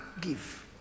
give